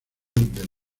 del